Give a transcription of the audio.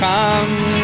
Come